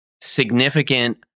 significant